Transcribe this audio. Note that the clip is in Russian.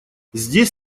здесь